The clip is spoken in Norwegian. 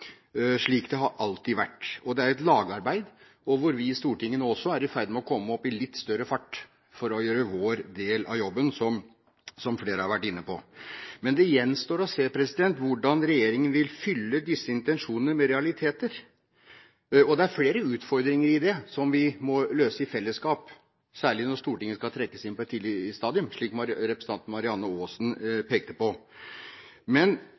slik det alltid har vært. Det er et lagarbeid, og vi i Stortinget er nå også i ferd med å komme opp i litt større fart for å gjøre vår del av jobben, som flere har vært inne på. Men det gjenstår å se hvordan regjeringen vil fylle disse intensjonene med realiteter. Det er flere utfordringer i det som vi må løse i fellesskap, særlig når Stortinget skal trekkes inn på et tidlig stadium, slik representanten Marianne Aasen pekte på. Men